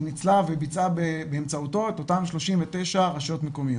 ניצלה וביצעה באמצעותו את אותן 39 רשויות מקומיות.